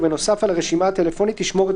ובנוסף על הרשימה הטלפונית ישמור את